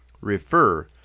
refer